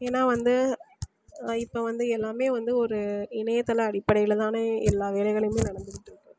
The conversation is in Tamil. ஏன்னா வந்து இப்போ வந்து எல்லாமே வந்து ஒரு இணையதள அடிப்படையில் தானே எல்லா வேலைகளுமே நடந்துக்கிட்யிருக்கு